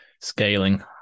scaling